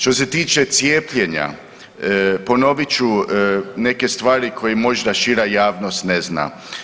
Što se tiče cijepljenja, ponovit ću neke stvari koje možda šira javnost ne zna.